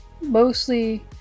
mostly